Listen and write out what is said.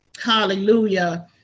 Hallelujah